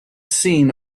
seen